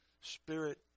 spirit